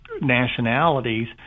nationalities